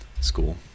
school